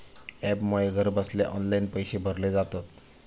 ॲपमुळे घरबसल्या ऑनलाईन पैशे भरले जातत